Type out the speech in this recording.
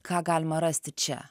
ką galima rasti čia